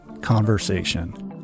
conversation—